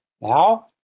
Now